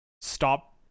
stop